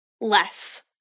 less